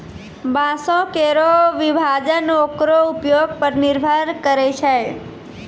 बांसों केरो विभाजन ओकरो उपयोग पर निर्भर करै छै